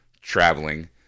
traveling